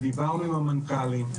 ודיברנו עם המנכ"לים,